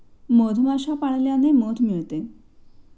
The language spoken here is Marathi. मधमाश्या पाळल्याने मध मिळते